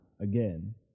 again